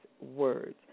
words